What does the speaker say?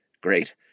Great